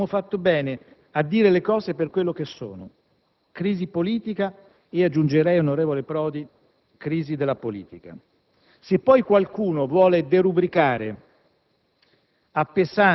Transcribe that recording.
e mi pare che abbiamo fatto bene a dire le cose per quello che sono: crisi politica, e aggiungerei, onorevole Prodi, crisi della politica. Se poi qualcuno volesse derubricare